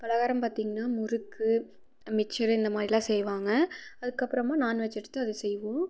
பலகாரம் பார்த்திங்னா முறுக்கு மிக்ச்சரு இந்த மாதிரிலாம் செய்வாங்க அதுக்கப்புறமா நான்வெஜ் எடுத்து அதை செய்வோம்